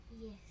Yes